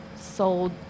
sold